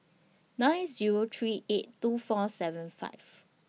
nine Zero three eight two four seven five